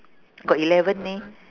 got eleven eh